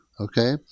Okay